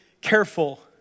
careful